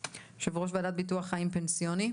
יושב-ראש ועדת ביטוח חיים פנסיוני,